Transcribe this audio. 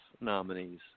nominees